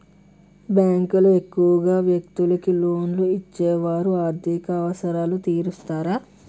బ్యాంకులు ఎక్కువగా వ్యక్తులకు లోన్లు ఇచ్చి వారి ఆర్థిక అవసరాలు తీరుస్తాయి